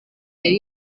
yari